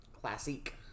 classic